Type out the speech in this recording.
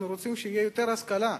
אנחנו רוצים שתהיה יותר השכלה.